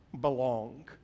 belong